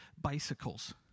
Bicycles